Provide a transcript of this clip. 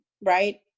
right